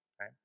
right